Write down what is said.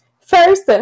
First